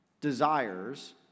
desires